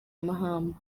mahama